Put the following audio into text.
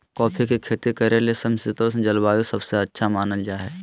coffee के खेती करे ले समशितोष्ण जलवायु सबसे अच्छा मानल जा हई